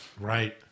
Right